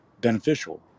beneficial